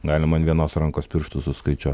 galima an vienos rankos pirštų suskaičiuo